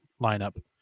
lineup